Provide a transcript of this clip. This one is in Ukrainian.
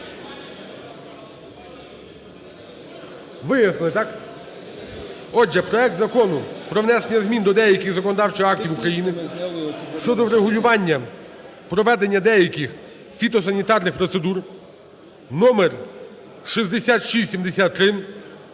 Вияснили, так? Отже, проект Закону про внесення змін до деяких законодавчих актів України щодо врегулювання проведення деяких фітосанітарних процедур (номер 6673)